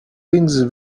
wings